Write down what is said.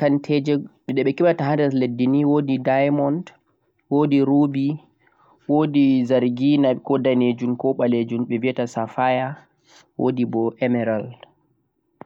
ka'e barkanteje nii ɗeɓe heɓata ha lesdi wodi diamond, rubii, wodi safaya